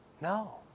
No